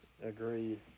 Agreed